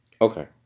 Okay